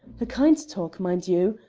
a kind talk, mind you!